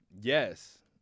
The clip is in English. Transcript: Yes